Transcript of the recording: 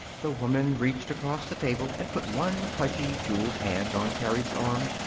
the woman reached across the table and put one pudgy, jeweled hand on terry's arm.